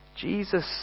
Jesus